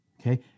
Okay